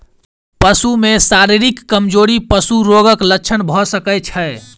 पशु में शारीरिक कमजोरी पशु रोगक लक्षण भ सकै छै